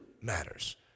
matters